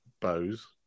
bows